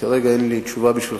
כרגע אין לי תשובה בשבילך,